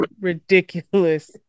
ridiculous